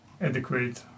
adequate